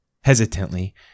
Hesitantly